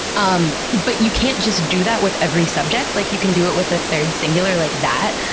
um but you can't just do that with every subject. like you can do it with a third singular like that,